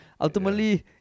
ultimately